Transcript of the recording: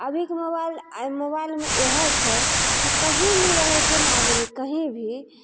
अभीके मोबाइल मोबाइलमे इएहे छै कि कहीं भी रहय छियै ने आदमी कहीं भी